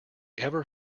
ever